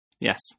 Yes